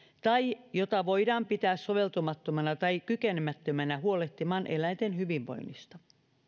tai jota voidaan pitää soveltumattomana tai kykenemättömänä huolehtimaan eläinten hyvinvoinnista